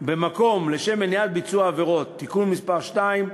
במקום לשם מניעת ביצוע עבירות (תיקון מס' 2),